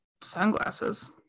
sunglasses